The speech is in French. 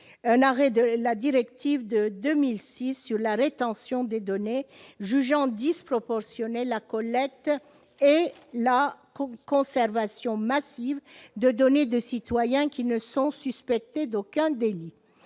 la directive de 2006 sur la rétention des données, jugeant disproportionnées la collecte et la conservation massives de données de citoyens qui ne sont suspectés d'aucun délit.